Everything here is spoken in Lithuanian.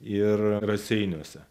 ir raseiniuose